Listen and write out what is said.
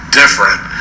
different